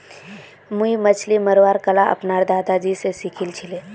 मुई मछली मरवार कला अपनार दादाजी स सीखिल छिले